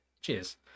cheers